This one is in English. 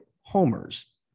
homers